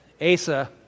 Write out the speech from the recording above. Asa